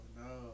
no